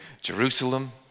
Jerusalem